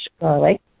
garlic